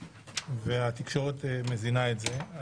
והתקשורת מזינה את זה.